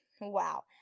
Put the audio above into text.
wow